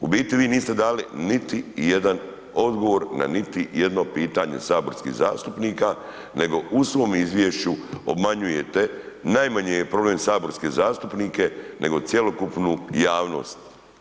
U biti vi niste dali niti jedan odgovor na niti jedno pitanje saborskih zastupnika, nego u svom izvješću obmanjujete, najmanji je problem saborske zastupnike, nego cjelokupnu javnost.